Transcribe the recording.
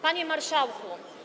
Panie Marszałku!